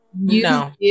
No